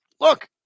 look